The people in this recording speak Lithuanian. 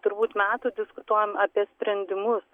turbūt metų diskutuojam apie sprendimus